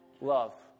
love